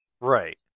right